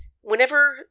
whenever